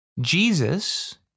Jesus